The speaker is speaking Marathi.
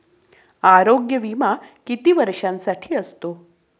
आरोग्य विमा किती वर्षांसाठी असतो?